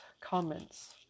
comments